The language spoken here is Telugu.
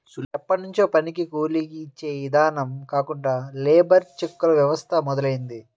ఎప్పట్నుంచో పనికి కూలీ యిచ్చే ఇదానం కాకుండా లేబర్ చెక్కుల వ్యవస్థ మొదలయ్యింది